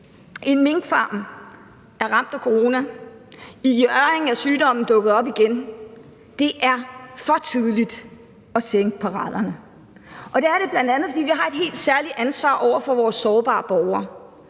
En minkfarm er ramt af corona. I Hjørring er sygdommen dukket op igen. Det er for tidligt at sænke paraderne. Og det er det bl.a., fordi vi har et helt særligt ansvar over for vores sårbare borgere.